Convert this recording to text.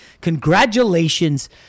Congratulations